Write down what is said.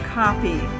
copy